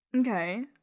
Okay